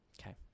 Okay